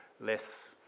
less